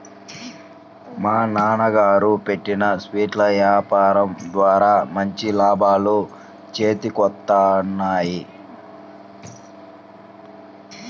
మా నాన్నగారు పెట్టిన స్వీట్ల యాపారం ద్వారా మంచి లాభాలు చేతికొత్తన్నాయి